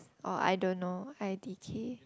or I don't know i_d_k